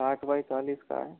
साठ बाई चालीस का है